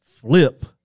flip